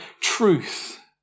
truth